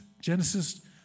Genesis